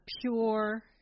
pure